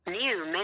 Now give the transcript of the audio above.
New